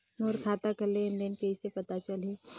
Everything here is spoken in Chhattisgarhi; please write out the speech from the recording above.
मोर खाता कर लेन देन कइसे पता चलही?